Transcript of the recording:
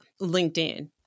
LinkedIn